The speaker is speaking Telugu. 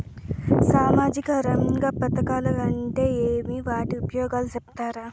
సామాజిక రంగ పథకాలు అంటే ఏమి? వాటి ఉపయోగాలు సెప్తారా?